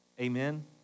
Amen